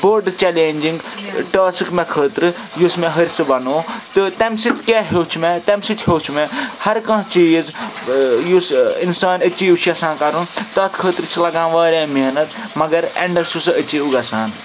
بوٚڈ challenging task مےٚ خٲطرٕ یُس مےٚ ہرسہٕ بَنوو تہٕ تمہِ سۭتۍ کیٛاہ ہیوٚچھ مےٚ تمہِ سۭتۍ ہیوٚچھ مےٚ ہر کانٛہہ چیٖز یُس اِنسان أچیٖو چھُ یَژھان کَرُن تَتھ خٲطرٕ چھُ لَگان واریاہ محنت مگر اینٛڈَس چھُ سُہ أچیٖو گژھان